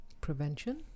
Prevention